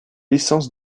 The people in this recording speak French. licence